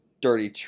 dirty